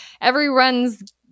everyone's